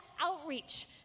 outreach